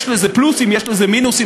יש לזה פלוסים, יש לזה מינוסים.